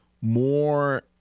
more